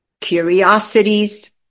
curiosities